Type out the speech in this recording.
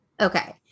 Okay